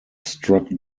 struck